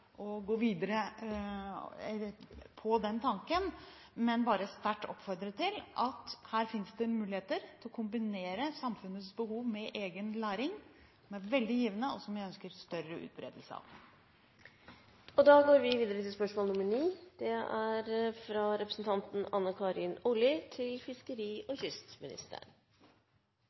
gå videre med den tanken, men bare sterkt oppfordre til at det her finnes muligheter til å kombinere samfunnets behov med egen læring. Det er veldig givende og noe jeg ønsker en større utbredelse av. Jeg tillater meg å stille følgende spørsmål